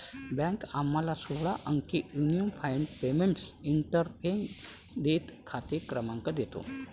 bank आम्हाला सोळा अंकी युनिफाइड पेमेंट्स इंटरफेस देते, खाते क्रमांक देतो